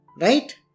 Right